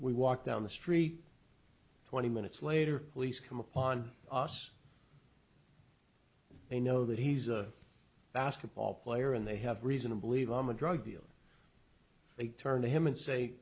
we walk down the street twenty minutes later police come upon us they know that he's a basketball player and they have reason to believe i'm a drug dealer they turn to him and say